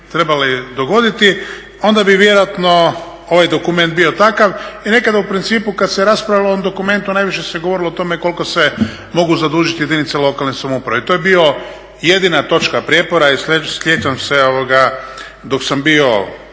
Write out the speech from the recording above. trebale dogoditi onda bi vjerojatno ovaj dokument bio takav. I nekada u principu kad se raspravljalo o ovom dokumentu najviše se govorilo o tome koliko se mogu zadužiti jedinice lokalne samouprave. I to je bila jedina točka prijepora. Sjećam se dok sam bio